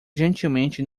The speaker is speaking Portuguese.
gentilmente